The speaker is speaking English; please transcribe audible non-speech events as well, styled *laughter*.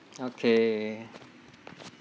*noise* okay